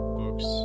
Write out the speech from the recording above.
books